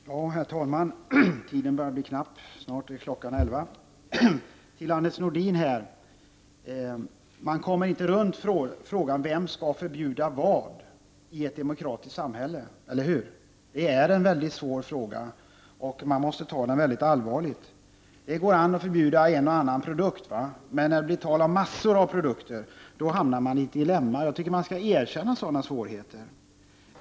Herr talman! Tiden börjar bli knapp. Snart är klockan elva. Till Anders Nordin vill jag säga att vi inte kommer runt frågan vem som skall förbjuda vad i ett demokratiskt samhälle. Det är en mycket svår fråga, och man måste ta den allvarligt. Det går an att förbjuda en och annan produkt. Men när det blir tal om mängder av produkter, hamnar man i ett dilemma. Jag tycker att man skall erkänna sådana svårigheter.